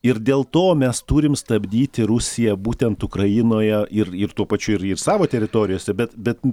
ir dėl to mes turim stabdyti rusiją būtent ukrainoje ir ir tuo pačiu ir ir savo teritorijose bet bet